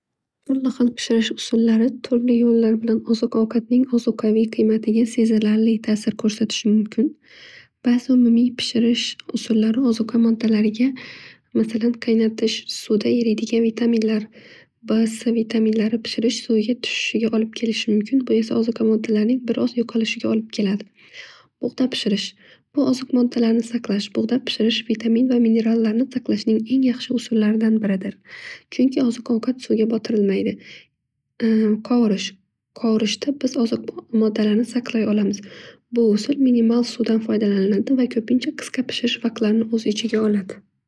Turli xil pishirish usullari turli yo'llar bilan ozi ovqatning ozuqaviy qiymatiga sezilarli tasir ko'rsatishi mumkin. Bazi umumiy pishirish usullari ozuqa usullariga masalan qaynatish, suvda eriydigan vuitaminlar b c vitaminlari pishirish suvga tushishiga olib kelishi mumkin bu esa oziqa moddalarning biroz yo'qolishiga olib keladi. Bug'da pishirish vitamin va minerallarni saqlashning eng yaxshi usulllaridan biridir. Chunki ozuq ovqat suvga botirilmaydi. Qovirish- qovirishda biz oziq moddalarni saqlay olamiz. Bu usul minimal suvdan foydalanadi va ko'pincha qisqa pishirish vaqtlarini oz ichiga oladi.